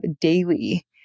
daily